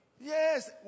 Yes